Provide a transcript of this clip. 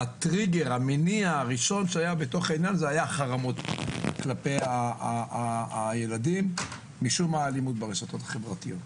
הטריגר הראשון היה החרמות כלפי הילדים בגלל האלימות ברשתות החברתיות.